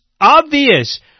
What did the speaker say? obvious